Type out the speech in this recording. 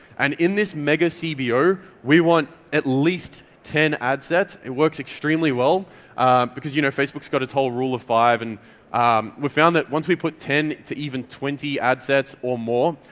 and in this mega cbo, we want at least ten ad sets. it works extremely well because you know facebook's got its whole rule of five, and we found that once we put ten even twenty ad sets or more,